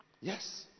Yes